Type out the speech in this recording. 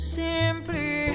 simply